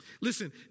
Listen